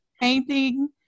painting